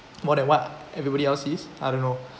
more than what everybody else sees I don't know